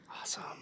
awesome